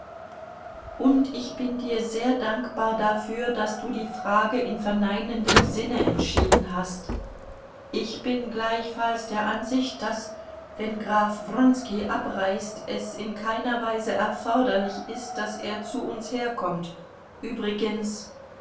und ich bin dir sehr dankbar dafür daß du die frage in verneinendem sinne entschieden hast ich bin gleichfalls der ansicht daß wenn graf wronski abreist es in keiner weise erforderlich ist daß er zu uns herkommt übrigens